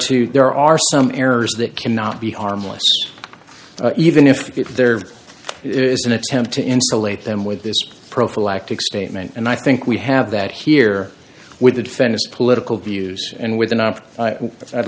to there are some errors that cannot be harmless even if there is an attempt to insulate them with this prophylactic statement and i think we have that here with the defendant's political views and with an o